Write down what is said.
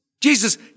Jesus